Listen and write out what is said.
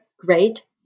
great